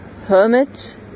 Hermit